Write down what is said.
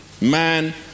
Man